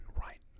right